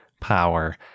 power